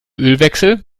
ölwechsel